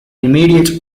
immediate